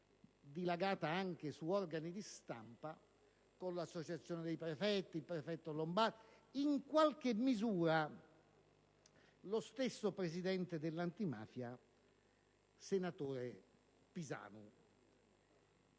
dilagata anche su organi di stampa, con l'Associazione dei prefetti e con il prefetto Lombardi, in qualche misura con lo stesso Presidente della Commissione antimafia, senatore Pisanu.